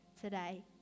today